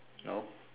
no